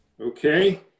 Okay